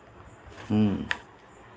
ᱦᱩᱸ